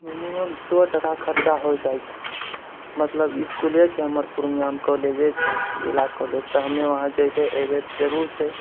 minimum सए टका खर्चा हो जाइ छै मतलब इसकुले छै हमर पूर्णियाँमे कॉलेजे छै जिला कॉलेज तऽ हमे वहाँ जेबए एबए जरूर छै